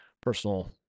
personal